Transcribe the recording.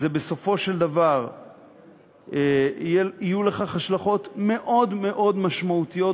בסופו של דבר יהיו לכך השלכות מאוד מאוד משמעותיות,